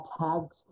tags